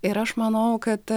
ir aš manau kad